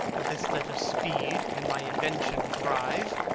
this letter speed, and my invention thrive,